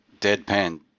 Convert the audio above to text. deadpan